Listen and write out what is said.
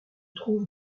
trouve